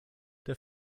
der